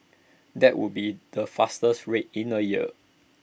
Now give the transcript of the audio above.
that would be the fastest rate in A year